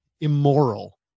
immoral